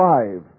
Five